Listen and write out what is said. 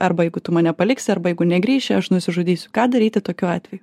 arba jeigu tu mane paliksi arba jeigu negrįši aš nusižudysiu ką daryti tokiu atveju